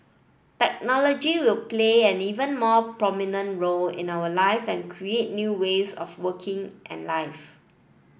technology will play an even more prominent role in our life and create new ways of working and life